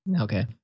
Okay